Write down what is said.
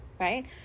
right